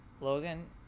Logan